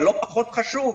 אבל לא פחות חשוב,